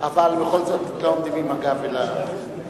אבל בכל זאת, לא עומדים עם הגב אל, סליחה.